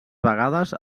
vegades